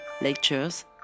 lectures